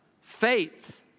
Faith